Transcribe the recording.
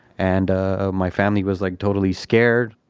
and ah my family was like totally scared.